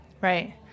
Right